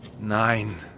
Nein